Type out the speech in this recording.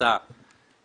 נעשתה